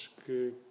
que